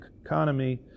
economy